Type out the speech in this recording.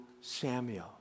Samuel